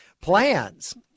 plans